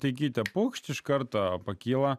taigi tą paukštį iš karto pakyla